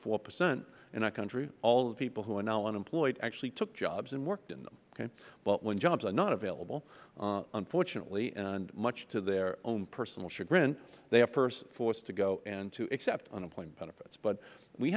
four percent in our country all the people who are now unemployed actually took jobs and worked in them but when jobs are not available unfortunately and much to their own personal chagrin they are forced to go in to accept unemployment benefits but we